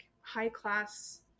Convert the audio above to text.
high-class